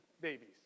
babies